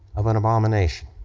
of an abomination.